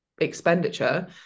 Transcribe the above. expenditure